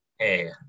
Hey